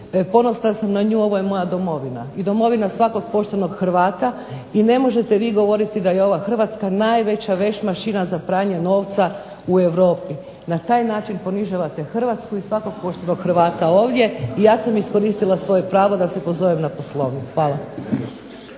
ponosna sam na nju, ovo je moja domovina i domovina svakog poštenog Hrvata i ne možete vi govoriti da je ova Hrvatska najveća vešmašina za pranje novca u Europi. Na taj način ponižavate Hrvatsku i svakog poštenog Hrvata ovdje i ja sam iskoristila svoje pravo da se pozovem na Poslovnik. Hvala.